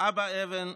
אבא אבן,